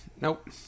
nope